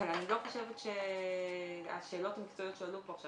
אבל אני לא חושבת שהשאלות המקצועיות שהועלו עכשיו,